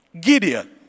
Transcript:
Gideon